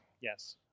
Yes